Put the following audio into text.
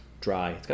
Dry